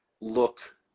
look